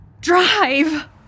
Drive